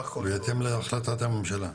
בהתאם להחלטת הממשלה?